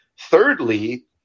Thirdly